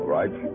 right